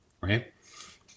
right